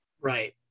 right